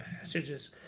passages